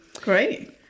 great